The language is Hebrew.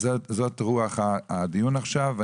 זאת רוח הדיון עכשיו.